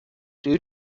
due